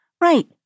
Right